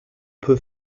peut